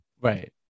right